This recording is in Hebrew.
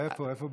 איפה?